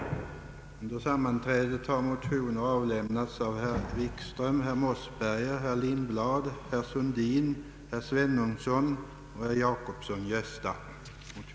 Härmed har jag äran anhålla om ledighet från riksdagsarbetet den 18—den 20 november för att på inbjudan av European Space Research Organisation — ESRO — besöka dess anläggningar i Holland och Västtyskland.